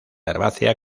herbácea